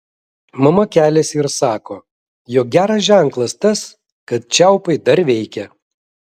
mama keliasi ir sako jog geras ženklas tas kad čiaupai dar veikia